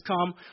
come